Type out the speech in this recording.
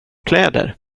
kläder